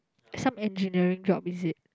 some engineering job is it